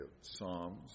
psalms